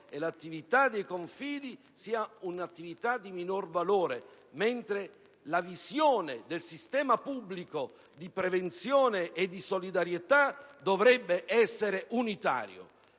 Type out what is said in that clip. fondazioni e dei confidi sia un'attività di minor valore, mentre la visione del sistema pubblico di prevenzione e di solidarietà dovrebbe essere unitario.